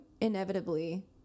inevitably